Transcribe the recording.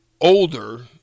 older